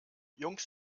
jungs